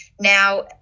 Now